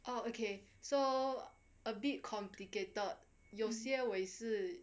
oh okay so a bit complicated 有些我也是